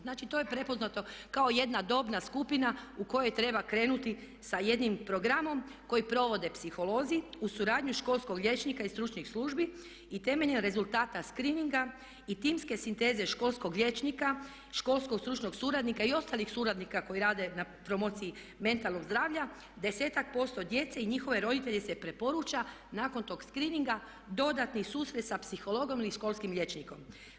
Znači, to je prepoznato kao jedna dobna skupina u kojoj treba krenuti sa jednim programom koji provode psiholozi uz suradnju školskog liječnika i stručnih službi i temeljem rezultata screeninga i timske sinteze školskog liječnika, školskog stručnog suradnika i ostalih suradnika koji rade na promociji mentalnog zdravlja desetak posto djece i njihove roditelje se preporuča nakon tog screeninga dodati susret sa psihologom ili školskim liječnikom.